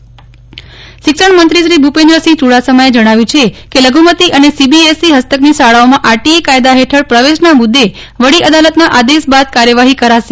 શિક્ષણમંશ્રતા રી શિક્ષણમંત્રી ભૂપેન્દ્રસિંહ ચુડાસમાએ જજ્ઞાવ્યું છે કે લઘુમતિ અને સીબીએસઈ હસ્તકની શાળાઓમાં આરટીઈ કાયદા હેઠળ પ્રવેશના મુદ્દે વડી અદાલતના આદેશ બાદ કાર્યવાહી કરાશે